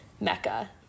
mecca